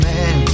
Man